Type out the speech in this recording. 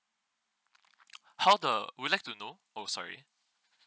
how the would you like to know oh sorry